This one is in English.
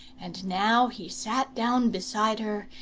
and now he sat down beside her,